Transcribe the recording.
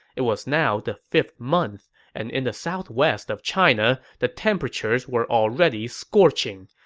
it was now the fifth month, and in the southwest of china, the temperatures were already scorching.